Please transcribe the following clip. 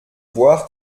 boire